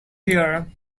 here